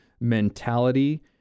mentality